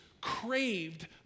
craved